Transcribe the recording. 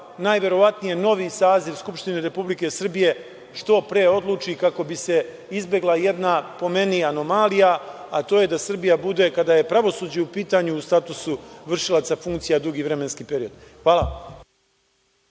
najverovatnije novi saziv Skupštine Republike Srbije što pre odluči, kako bi se izbegla jedna, po meni, anomalija, a to je da Srbija bude, kada je pravosuđe u pitanju, u statusu vršilaca funkcija dugi vremenski period. Hvala.